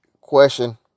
question